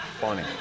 funny